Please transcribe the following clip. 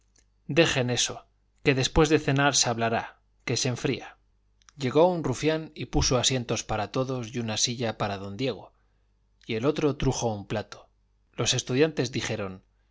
dejen eso que después de cenar se hablará que se enfría llegó un rufián y puso asientos para todos y una silla para don diego y el otro trujo un plato los estudiantes dijeron